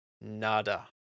nada